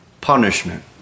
punishment